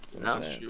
No